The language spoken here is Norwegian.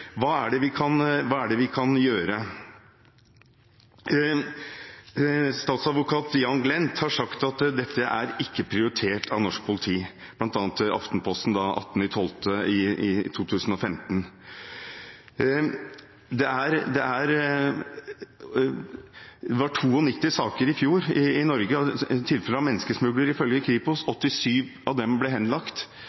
hva kan vi gjøre? Statsadvokat Jan Fredrik Glent har, bl.a. til Aftenposten 18. desember 2015, sagt at dette ikke er prioritert av norsk politi. Det var i fjor 92 saker i Norge med tilfeller av menneskesmugling, ifølge Kripos.